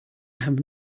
have